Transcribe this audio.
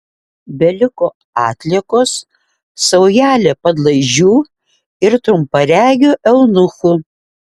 beliko atliekos saujelė padlaižių ir trumparegių eunuchų